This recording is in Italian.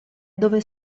dove